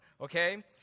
okay